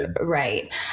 right